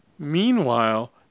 Meanwhile